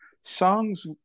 songs